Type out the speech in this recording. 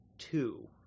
Two